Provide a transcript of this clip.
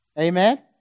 Amen